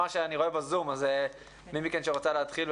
מי מכן רוצה להתחיל?